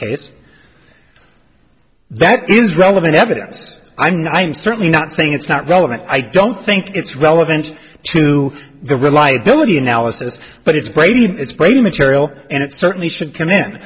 case that is relevant evidence i'm not i'm certainly not saying it's not relevant i don't think it's relevant to the reliability analysis but it's brady material and it certainly should come in